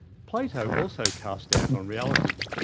plato also cast doubt on reality.